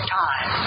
time